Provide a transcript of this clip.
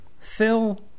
Phil